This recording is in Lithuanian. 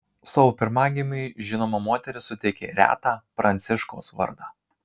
savo pirmagimiui žinoma moteris suteikė retą pranciškaus vardą